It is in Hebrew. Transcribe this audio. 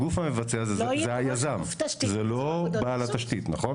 הגוף המבצע זה היזם זה לא בעל התשתית, נכון?